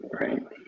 Right